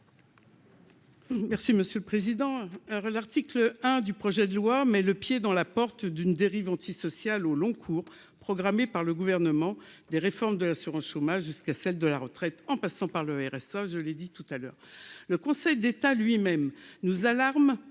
Merci monsieur le président, l'article 1 du projet de loi met le pied dans la porte d'une dérive anti-social au long cours, programmée par le gouvernement des réformes de l'assurance-chômage jusqu'à celle de la retraite, en passant par le RSA, je l'ai dit tout à l'heure, le Conseil d'État lui-même nous alarme